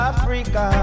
Africa